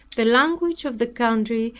the language of the country,